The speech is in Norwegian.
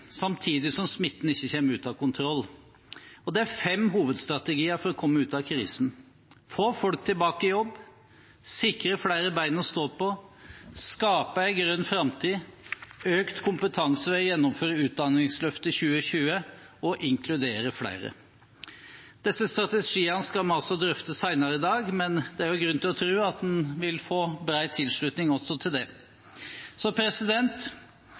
samtidig som smitten ikke kommer ut av kontroll. Det er fem hovedstrategier for å komme ut av krisen: få folk tilbake i jobb sikre flere bein å stå på skape en grønn framtid øke kompetansen ved å gjennomføre utdanningsløftet 2020 inkludere flere Disse strategiene skal vi drøfte senere i dag, men det er grunn til å tro at en vil få bred tilslutning også til det.